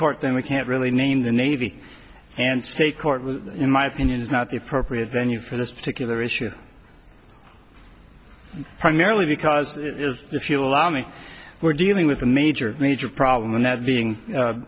court then we can't really name the navy and state court in my opinion is not the appropriate venue for this particular issue primarily because it is the fuel army we're dealing with a major major problem and that being